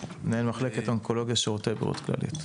מנהל מחלקת אונקולוגיה, שירותי בריאות כללית.